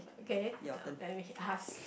okay uh then we ask